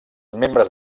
membres